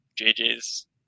JJ's